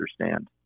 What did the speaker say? understand